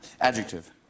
Adjective